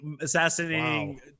assassinating